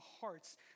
hearts